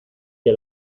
que